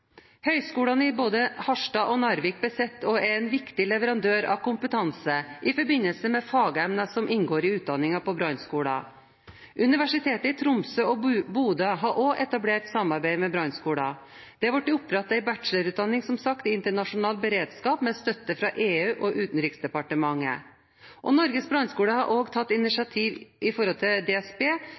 Høyskolene i både Harstad og Narvik besitter og er viktige leverandører av kompetanse i forbindelse med fagemner som inngår i utdanningen på brannskolen. Universitetet i Tromsø og Universitetet i Nordland har også etablert samarbeid med brannskolen. Det er som sagt blitt opprettet en bachelorutdanning i internasjonal beredskap med støtte fra EU og Utenriksdepartementet. Norges brannskole har òg tatt initiativ overfor Direktoratet for samfunnssikkerhet og beredskap til